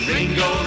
Ringo